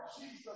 Jesus